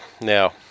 Now